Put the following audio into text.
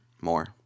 more